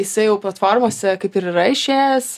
jisai jau platformose kaip ir yra išėjęs